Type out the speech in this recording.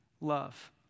love